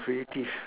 creative